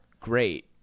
great